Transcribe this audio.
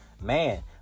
man